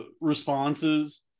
responses